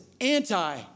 anti